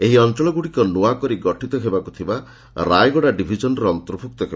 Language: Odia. ଏହି ଅଞ୍ଚଳଗୁଡ଼ିକ ନୂଆକରି ଗଠିତ ହେବାକୁ ଥିବା ରାୟଗଡ଼ା ଡିଭିଜନରେ ଅନ୍ତର୍ଭୁକ୍ତ ହେବ